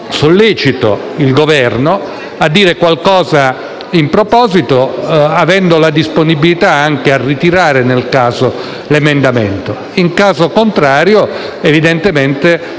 del Governo a dire qualcosa in proposito, avendo la disponibilità anche a ritirare, nel caso, l'emendamento. In caso contrario, mi accontenterò